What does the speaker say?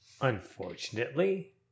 unfortunately